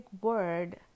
word